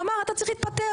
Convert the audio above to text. אמר אתה צריך להתפטר,